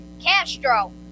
Castro